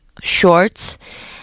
shorts